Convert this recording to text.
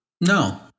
No